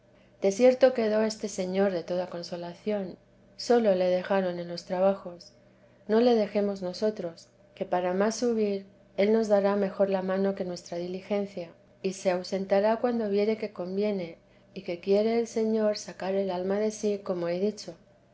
desierto quedó este señor de toda consolación solo le dejaron en los trabajos no le dejemos nosotros que para más subir él nos dará mejor la maño que nuestra diligencia y se ausentará cuando viere que conviene y que quiere el señor sacar el alma de sí como he dicho